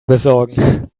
besorgen